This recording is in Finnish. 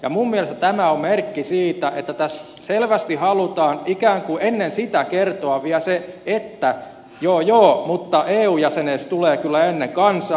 minun mielestäni tämä on merkki siitä että tässä selvästi halutaan ikään kuin ennen sitä kertoa vielä se että joo joo mutta eu jäsenyys tulee kyllä ennen kansaa